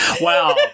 Wow